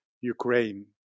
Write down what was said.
Ukraine